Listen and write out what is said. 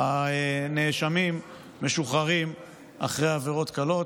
הנאשמים משוחררים אחרי עבירות קלות.